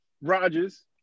Rogers